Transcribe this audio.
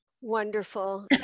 wonderful